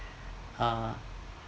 uh